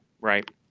right